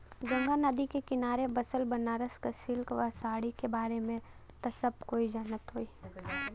गंगा नदी के किनारे बसल बनारस क सिल्क क साड़ी के बारे में त सब कोई जानत होई